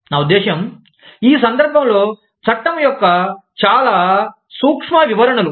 నా ఉద్దేశ్యం ఈ సందర్భంలో చట్టం యొక్క చాలా సూక్ష్మ వివరణలు